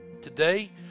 Today